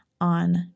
on